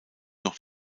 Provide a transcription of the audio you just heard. noch